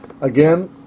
again